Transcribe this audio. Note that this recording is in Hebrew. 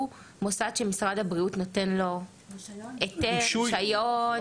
מוסד שמשרד הבריאות נותן לו היתר או רישיון,